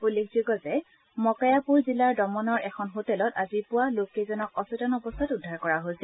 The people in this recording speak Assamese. উল্লেখযোগ্য যে মকয়াপুৰ জিলাৰ দমনৰ এখন হোটেলত আজি পুৱা লোককেইজনক অচেতন অৱস্থাত উদ্ধাৰ কৰা হৈছিল